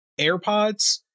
AirPods